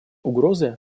угрозы